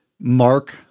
mark